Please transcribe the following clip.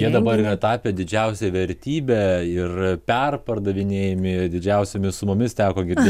jie dabar yra tapę didžiausia vertybe ir perpardavinėjami didžiausiomis sumomis teko girdėt